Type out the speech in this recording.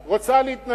רוצה הממשלה לתמוך?